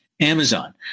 amazon